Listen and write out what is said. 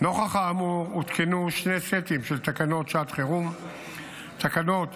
בחוק המעצרים אינם מותאמים לצרכים,